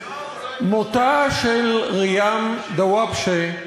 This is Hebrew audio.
מותה של ריהאם דוואבשה,